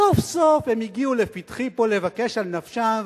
סוף-סוף הם הגיעו לפתחי פה לבקש על נפשם,